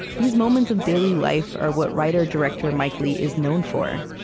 these moments of daily life are what writer-director mike leigh is known for.